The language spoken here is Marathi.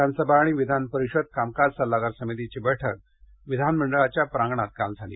विधानसभा आणि विधानपरिषद कामकाज सल्लागार समितीची बैठक विधानमंडळाच्या प्रांगणात काल झाली